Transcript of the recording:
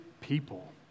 people